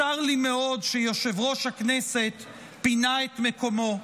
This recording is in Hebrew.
צר לי מאוד שיושב-ראש הכנסת פינה את מקומו.